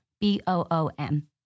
B-O-O-M